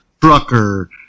trucker